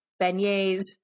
beignets